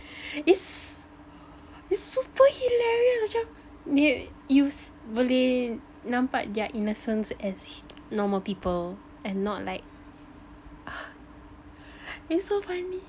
it's it's super hilarious macam you you boleh nampak their innocence as normal people and not like it's so funny